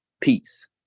Peace